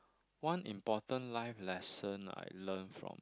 one important life lesson I learn from